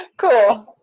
cool.